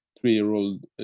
three-year-old